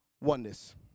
Oneness